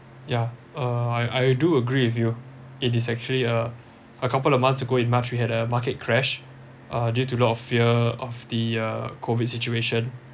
yeah uh I I do agree with you it is actually a a couple of months ago in march we had a market crash uh due to lot of fear of the uh COVID situation